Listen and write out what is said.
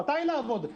מתיי לעבוד,